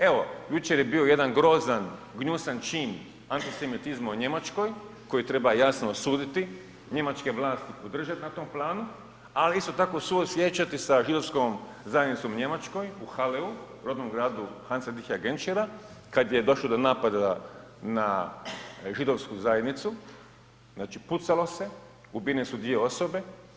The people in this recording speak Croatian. Evo, jučer je bio jedan grozan, gnjusan čin antisemitizma u Njemačkoj koji treba jasno osuditi, njemačke vlasti podržati na tom planu ali isto tako suosjećati sa Židovskom zajednicom u Njemačkoj u Halleu, rodnom gradu Hans Dietrich Genschera kad je došlo do napada na Židovsku zajednicu, znači pucalo se, ubijene su dvije osobe.